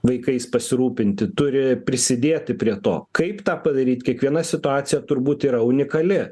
vaikais pasirūpinti turi prisidėti prie to kaip tą padaryti kiekviena situacija turbūt yra unikali